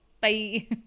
Bye